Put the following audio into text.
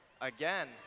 Again